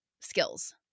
skills